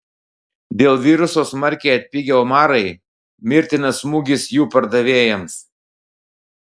dėl viruso smarkiai atpigę omarai mirtinas smūgis jų pardavėjams